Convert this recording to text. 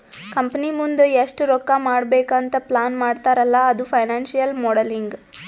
company ಮುಂದ್ ಎಷ್ಟ ರೊಕ್ಕಾ ಮಾಡ್ಬೇಕ್ ಅಂತ್ ಪ್ಲಾನ್ ಮಾಡ್ತಾರ್ ಅಲ್ಲಾ ಅದು ಫೈನಾನ್ಸಿಯಲ್ ಮೋಡಲಿಂಗ್